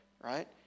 right